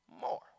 more